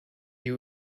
you